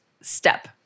step